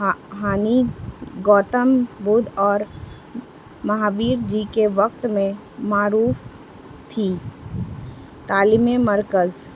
ہانی گوتم بدھ اور مہابیر جی کے وقت میں معروف تھی تعلیمی مرکز